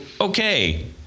okay